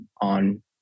on